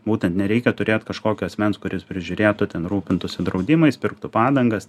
būtent nereikia turėt kažkokio asmens kuris prižiūrėtų ten rūpintųsi draudimais pirktų padangas